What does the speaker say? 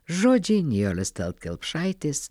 žodžiai nijolės talat kelpšaitės